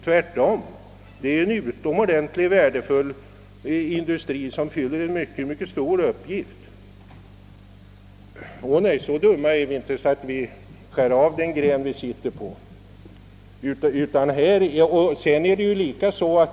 Tvärtom! Det är en utomordentligt värdefull industri som fyller en mycket stor uppgift. Så dumma är vi inte att vi vill vara med att skära av den gren vi själva sitter på.